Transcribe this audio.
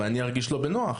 ואני ארגיש לא בנוח.